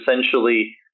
essentially